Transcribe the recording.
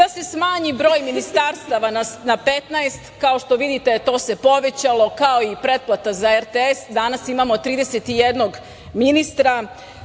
da se smanji broj ministarstava na 15. Kao što vidite, to se povećalo, kao i pretplata za RTS. Danas imamo 31 ministra. Obećavali